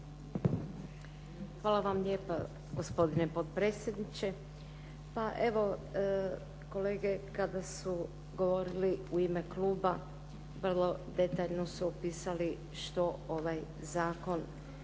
Hvala vam lijepa gospodine potpredsjedniče. Pa evo kolege kada su govorili u ime kluba, vrlo detaljno su opisali što ovaj zakon